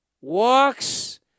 walks